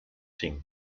cinc